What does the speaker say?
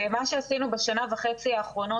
ומה שעשינו בשנה וחצי האחרונות,